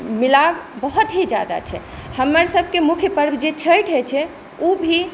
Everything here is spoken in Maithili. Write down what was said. मिलाव बहुत ही ज्यादा छै हमर सबके मुख्य पर्व जे छठि होइ छै ओ भी